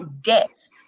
debts